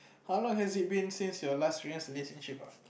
how long has it been since your last serious relationship